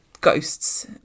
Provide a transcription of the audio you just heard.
ghosts